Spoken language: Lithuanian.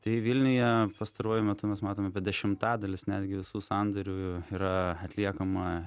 tai vilniuje pastaruoju metu mes matom apie dešimtadalis netgi visų sandorių yra atliekama